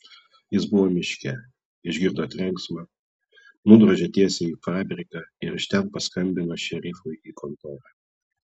jis buvo miške išgirdo trenksmą nudrožė tiesiai į fabriką ir iš ten paskambino šerifui į kontorą